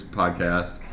podcast